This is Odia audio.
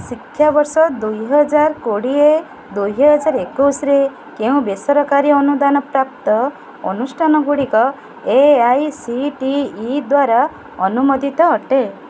ଶିକ୍ଷାବର୍ଷ ଦୁଇହଜାର କୋଡ଼ିଏ ଦୁଇହଜାର ଏକୋଇଶରେ କେଉଁ ବେସରକାରୀ ଅନୁଦାନ ପ୍ରାପ୍ତ ଅନୁଷ୍ଠାନଗୁଡ଼ିକ A I C T E ଦ୍ଵାରା ଅନୁମୋଦିତ ଅଟେ